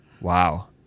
Wow